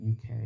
UK